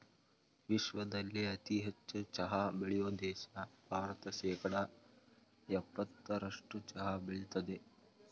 ವಿಶ್ವದಲ್ಲೇ ಅತಿ ಹೆಚ್ಚು ಚಹಾ ಬೆಳೆಯೋ ದೇಶ ಭಾರತ ಶೇಕಡಾ ಯಪ್ಪತ್ತರಸ್ಟು ಚಹಾ ಬೆಳಿತದೆ